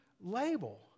label